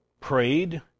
prayed